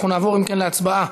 אנחנו נעבור, אם כן, להצבעה